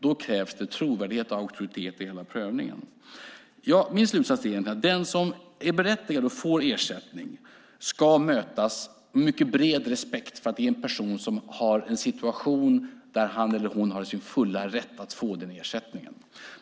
Då krävs det trovärdighet och auktoritet i hela prövningen. Min slutsats är att den som är berättigad att få ersättning ska mötas med mycket bred respekt eftersom det är en person som är i en situation där han eller hon är i sin fulla rätt att få ersättning.